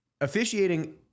officiating